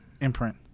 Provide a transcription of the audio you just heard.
imprint